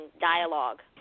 dialogue